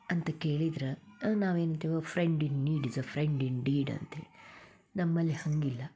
ಅಂತ ಕೇಳಿದ್ರೆ ನಾವೇನು ಅಂತೀವಿ friend in need is a friend in deed ಅಂಥೇಳಿ ನಮ್ಮಲ್ಲಿ ಹಾಗಿಲ್ಲ